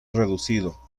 reducido